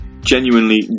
Genuinely